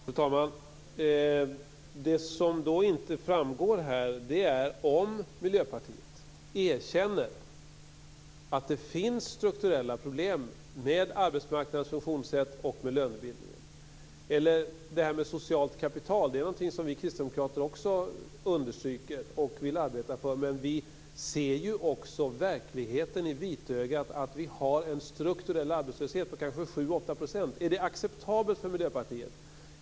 Fru talman! Det som inte framgår här är om Miljöpartiet erkänner att det finns strukturella problem med arbetsmarknadens funktionssätt och lönebildningen. Socialt kapital är någonting som vi kristdemokrater också understryker och vill arbeta för. Men vi ser också verkligheten i vitögat, att vi har en strukturell arbetslöshet på 7-8 %. Är det acceptabelt för Miljöpartiet?